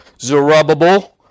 Zerubbabel